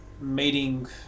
meeting